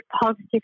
positive